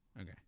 Okay